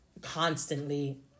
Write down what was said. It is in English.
constantly